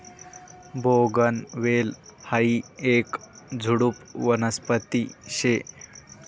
बोगनवेल हायी येक झुडुप वनस्पती शे